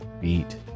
beat